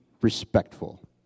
respectful